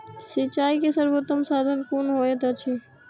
सिंचाई के सर्वोत्तम साधन कुन होएत अछि?